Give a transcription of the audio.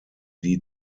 die